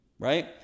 Right